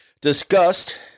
discussed